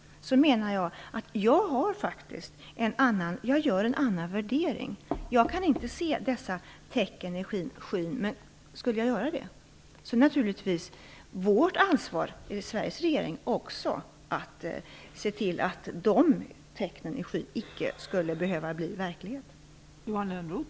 Jag gör en annan värdering. Jag kan inte se dessa tecken i skyn. Skulle jag göra det är det naturligtvis vårt ansvar i Sveriges regering att se till att de tecknen i skyn icke behöver bli verklighet.